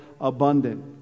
Abundant